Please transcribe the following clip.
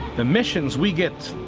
the missions we get,